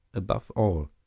above all,